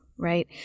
right